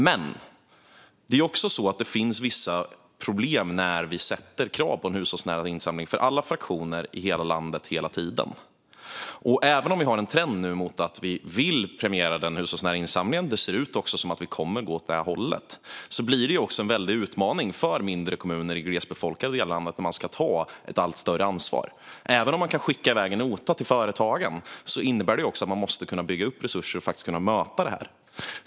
Men det är också så att det finns vissa problem när vi ställer krav på en hushållsnära insamling för alla fraktioner i hela landet, hela tiden. Även om vi nu har en trend mot att vilja premiera den hushållsnära insamlingen och det ser ut som om vi kommer att gå åt det hållet blir det också en väldig utmaning för mindre kommuner i glesbefolkade delar av landet när man ska ta ett allt större ansvar. Även om man kan skicka iväg en nota till företagen innebär det att man måste bygga upp resurser för att kunna möta det här.